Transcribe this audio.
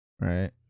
right